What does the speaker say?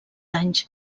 anys